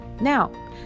Now